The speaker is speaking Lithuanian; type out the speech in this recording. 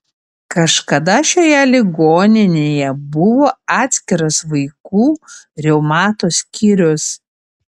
kažkada šioje ligoninėje buvo atskiras vaikų reumato skyrius